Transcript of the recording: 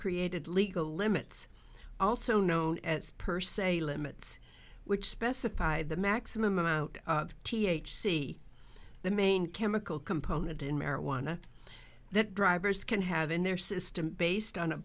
created legal limits also known as per se limits which specify the maximum amount of t h c the main chemical component in marijuana that drivers can have in their system based on a